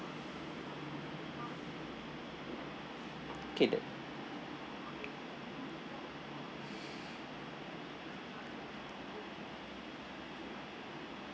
okay then